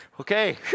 Okay